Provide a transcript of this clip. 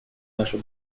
нашу